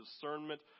discernment